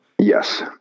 Yes